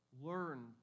learn